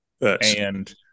And-